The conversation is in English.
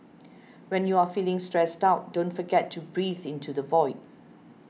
when you are feeling stressed out don't forget to breathe into the void